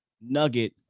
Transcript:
nugget